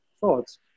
thoughts